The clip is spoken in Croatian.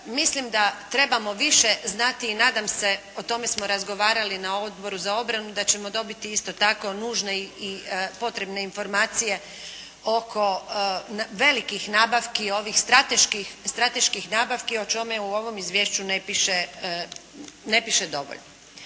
Mislim da trebamo više znati i nadam se, o tome smo razgovarali na Odboru za obranu, da ćemo dobiti isto tako nužne i potrebne informacije oko velikih nabavki, strateških nabavki, o čemu u ovom izvješću ne piše dovoljno.